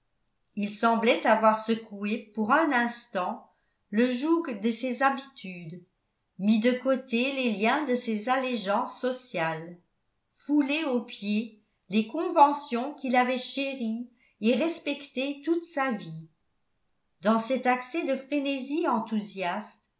il semblait avoir secoué pour un instant le joug de ses habitudes mis de côté les liens de ses allégeances sociales foulé aux pieds les conventions qu'il avait chéries et respectées toute sa vie dans cet accès de frénésie enthousiaste